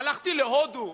הלכתי להודו,